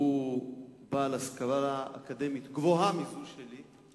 והוא בעל השכלה אקדמית גבוהה מזו שלי,